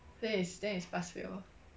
then is then is pass fail lor